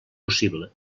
possible